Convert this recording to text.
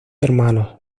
hermanos